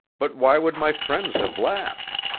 but why would my friends have laughed?